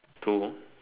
two